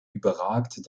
überragt